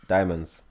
Diamonds